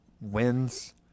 wins